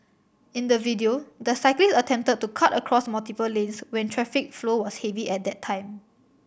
in the video the cyclist attempted to cut across multiple lanes when traffic flow was heavy at that time